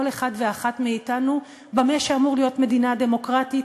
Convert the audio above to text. אחד ואחת מאתנו במה שאמור להיות מדינה דמוקרטית,